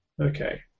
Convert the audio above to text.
Okay